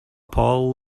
paul